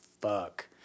fuck